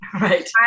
Right